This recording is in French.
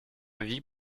vie